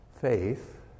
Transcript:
Faith